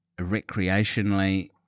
recreationally